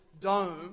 dome